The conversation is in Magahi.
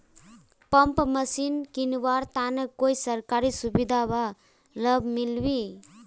पंप मशीन किनवार तने कोई सरकारी सुविधा बा लव मिल्बी?